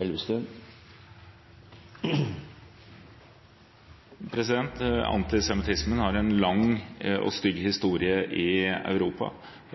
Elvestuen – til oppfølgingsspørsmål. Antisemittismen har en lang og stygg historie i Europa,